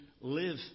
live